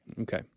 okay